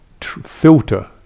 filter